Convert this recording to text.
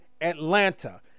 Atlanta